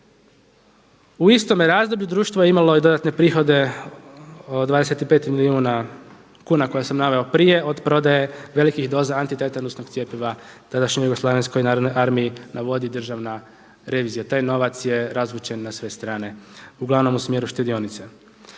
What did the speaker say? U istome razdoblju društvo je imalo i dodatne prihode od 25 milijuna kuna koje sam naveo prije od prodaje velikih doza antitetanusnog cjepiva tadašnjoj JNA, navodi državna revizija. Taj novac je razvučen na sve strane, uglavnom u smjeru štedionica.